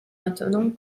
maintenant